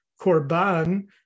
korban